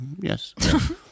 yes